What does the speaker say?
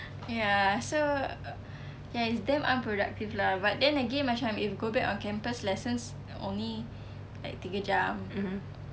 ya so ya it's damn unproductive lah but then again macam if go back on campus lessons only like tiga jam